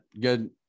good